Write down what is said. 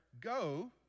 go